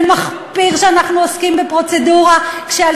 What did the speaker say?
זה מחפיר שאנחנו עוסקים בפרוצדורה כשעל